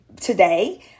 today